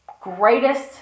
greatest